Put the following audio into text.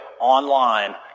Online